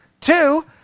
Two